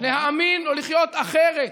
להאמין או לחיות אחרת.